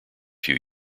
few